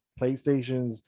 Playstations